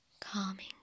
Calming